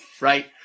right